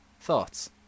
Thoughts